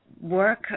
work